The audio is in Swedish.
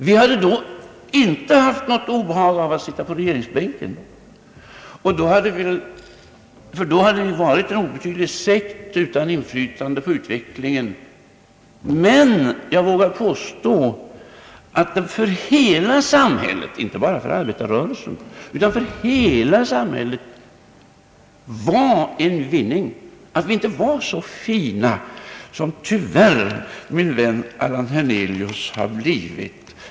Vi hade då inte haft något obehag av att sitta på regeringsbänken, ty då hade vi varit en obetydlig sekt, utan inflytande på utvecklingen. Men jag vågar påstå att det för hela samhället, inte bara för arbetarrörelsen, var en vinning att vi inte var så fina som min vän Allan Hernelius tyvärr har blivit.